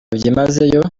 byimazeyo